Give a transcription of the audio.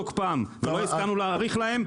פג תוקפם ולא הסכמנו להאריך להם,